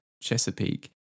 Chesapeake